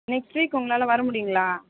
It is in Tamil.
நெக்ஸ்ட் வீக் உங்ளால் வர முடியுங்களா